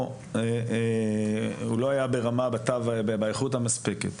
הוא לא היה באיכות המספקת